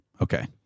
Okay